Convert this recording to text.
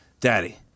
Daddy